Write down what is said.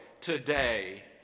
today